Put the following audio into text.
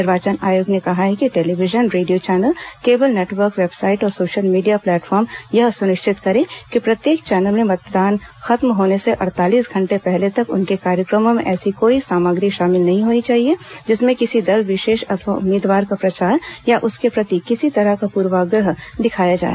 निर्वाचन आयोग ने कहा है कि television radio channel cable network website और सोशल मीडिया प्लेटफॉर्म यह सुनिश्चित करे कि प्रत्येक चैनल में मतदान खत्म होने से अड़तालीस घंटे पहले तक उनके कार्यक्रमों में ऐसी कोई सामग्री शामिल नहीं होनी चाहिए जिसमें किसी दल विशेष अथवा उम्मीदवार का प्रचार या उसके प्रति किसी तरह का पूर्वाग्रह दिखाया जाए